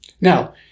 Now